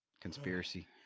conspiracy